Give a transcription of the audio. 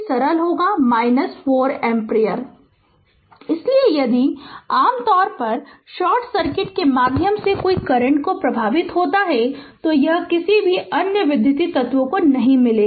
Refer Slide Time 2150 इसलिए यदि आम तौर पर शॉर्ट सर्किट के माध्यम से कोई करंट प्रवाहित होता है तो यह किसी भी अन्य विद्युत तत्व को नहीं मिलेगा